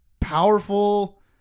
powerful